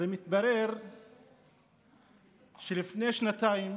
מתברר שלפני שנתיים